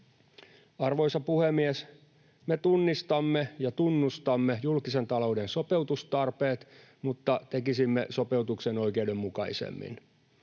Arvoisa puhemies! Me tunnistamme ja tunnustamme julkisen talouden sopeutustarpeet mutta tekisimme sopeutuksen oikeudenmukaisemmin.